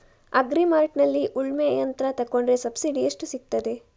Agri ಮಾರ್ಟ್ನಲ್ಲಿ ಉಳ್ಮೆ ಯಂತ್ರ ತೆಕೊಂಡ್ರೆ ಸಬ್ಸಿಡಿ ಎಷ್ಟು ಸಿಕ್ತಾದೆ?